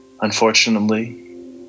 Unfortunately